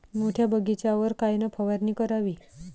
मोठ्या बगीचावर कायन फवारनी करावी?